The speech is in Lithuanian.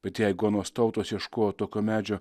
bet jeigu anos tautos ieškojo tokio medžio